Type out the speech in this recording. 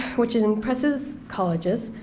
which impresses colleges,